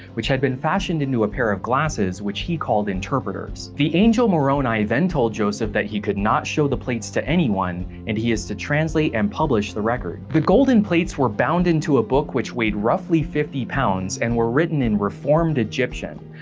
which had been fashioned into a pair of glasses which he called interpreters. the angel moroni then told joseph that he could not show the plates to anyone and he is to translate and publish the record. the golden plates were bound into a book which weighed roughly fifty pounds and were written in reformed egyptian,